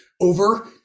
over